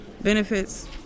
benefits